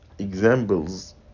examples